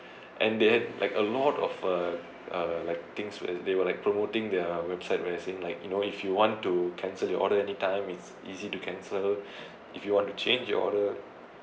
and they had like a lot of uh uh like things where as they were like promoting their website where as in like you know if you want to cancel your order anytime it's easy to cancel if you want to change your order